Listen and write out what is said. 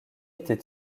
était